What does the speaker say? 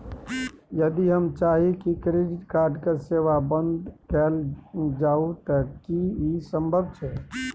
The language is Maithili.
यदि हम चाही की क्रेडिट कार्ड के सेवा बंद कैल जाऊ त की इ संभव छै?